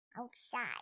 outside